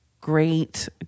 great